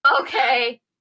Okay